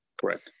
Correct